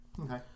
Okay